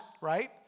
right